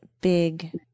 big